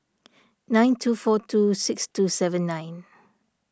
nine two four two six two seven nine